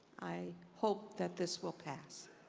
i hope that this will pass.